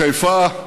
בחיפה,